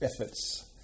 efforts